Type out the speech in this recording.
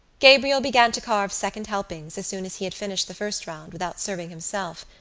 gabriel began to carve second helpings as soon as he had finished the first round without serving himself.